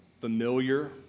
familiar